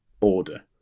order